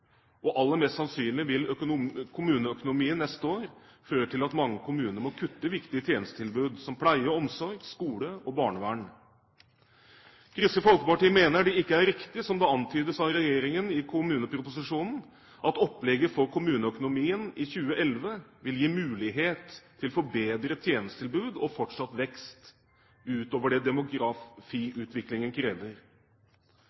og aller mest sannsynlig vil kommuneøkonomien neste år føre til at mange kommuner må kutte i viktige tjenestetilbud som pleie- og omsorg, skole og barnevern. Kristelig Folkeparti mener det ikke er riktig som det antydes av regjeringen i kommuneproposisjonen, at opplegget for kommuneøkonomien i 2011 vil gi mulighet til forbedret tjenestetilbud og fortsatt vekst, utover det